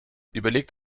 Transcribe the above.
überlegt